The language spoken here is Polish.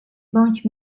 bądź